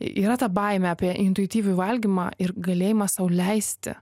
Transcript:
yra ta baimė apie intuityvų valgymą ir galėjimas sau leisti